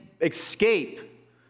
escape